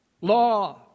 law